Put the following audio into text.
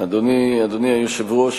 אדוני היושב-ראש,